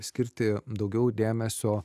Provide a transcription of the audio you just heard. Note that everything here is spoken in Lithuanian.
skirti daugiau dėmesio